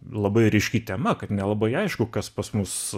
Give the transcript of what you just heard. labai ryški tema kad nelabai aišku kas pas mus